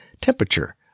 temperature